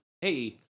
hey